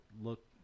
look